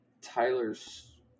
tyler's